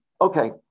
Okay